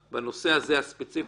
תפקיד.